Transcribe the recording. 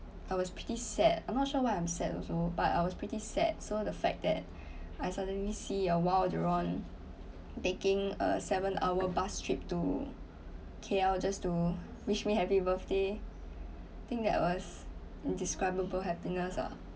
I was pretty sad I'm not sure what I'm sad also but I was pretty sad so the fact that I suddenly see uh !wow! jerome taking a seven hour bus trip to K_L just to wish me happy birthday think that was undescribable happiness ah